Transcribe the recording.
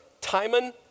Timon